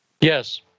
Yes